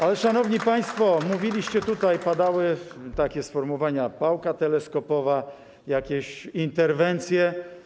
Ale, szanowni państwo, mówiliście, tutaj padały takie sformułowania: pałka teleskopowa, jakieś interwencje.